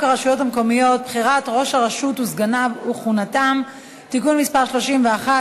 המקומיות (בחירת ראש הרשות וסגניו וכהונתם) (תיקון מס' 31),